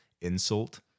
insult